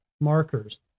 markers